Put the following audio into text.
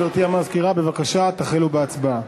גברתי המזכירה, בבקשה, תחלו בהצבעה.